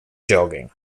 jogging